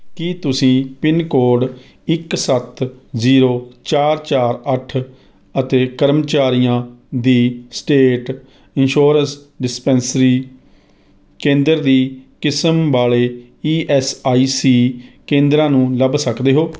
ਕੀ ਤੁਸੀਂ pin code ਇੱਕ ਸੱਤ ਜ਼ੀਰੋ ਚਾਰ ਚਾਰ ਅੱਠ ਅਤੇ ਕਰਮਚਾਰੀਆਂ ਦੀ ਸਟੇਟ ਇੰਸ਼ੋਰੈਂਸ ਡਿਸਪੈਂਸਰੀ ਕੇਂਦਰ ਦੀ ਕਿਸਮ ਵਾਲੇ ਈ ਐਸ ਆਈ ਸੀ ਕੇਂਦਰਾਂ ਨੂੰ ਲੱਭ ਸਕਦੇ ਹੋ